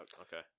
okay